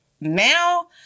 now